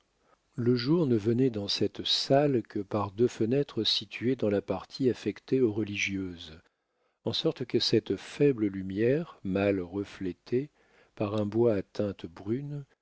le jour ne venait dans cette salle que par deux fenêtres situées dans la partie affectée aux religieuses en sorte que cette faible lumière mal reflétée par un bois à teintes brunes